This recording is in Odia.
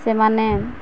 ସେମାନେ